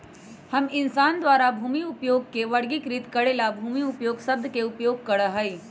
हम इंसान द्वारा भूमि उपयोग के वर्गीकृत करे ला भूमि उपयोग शब्द के उपयोग करा हई